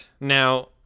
Now